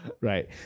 Right